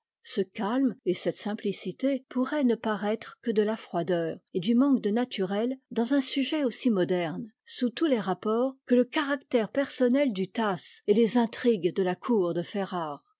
ce calme et cette simplicité pourraient ne paraître que de la froideur et du manque de naturel dans un sujet aussi moderne sous tous les rapports que le caractère personnel du tasse et les intrigues de la cour de ferrare